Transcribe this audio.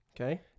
okay